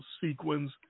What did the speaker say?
sequence